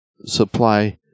supply